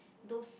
those